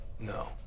No